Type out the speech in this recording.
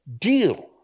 deal